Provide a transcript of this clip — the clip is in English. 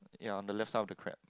yea on the left side of the crab